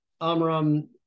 Amram